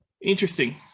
interesting